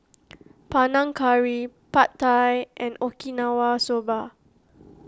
Panang Curry Pad Thai and Okinawa Soba